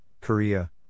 Korea